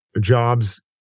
jobs